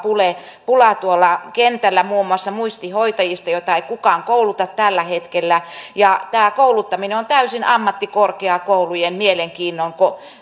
pula tuolla kentällä muun muassa muistihoitajista joita ei kukaan kouluta tällä hetkellä ja tämä kouluttaminen on täysin ammattikorkeakoulujen mielenkiinnon